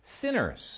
sinners